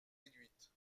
réduites